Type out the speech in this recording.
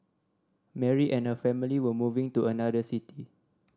Mary and her family were moving to another city